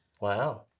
Wow